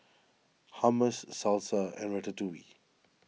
Hummus Salsa and Ratatouille